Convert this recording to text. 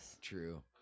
True